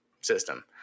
system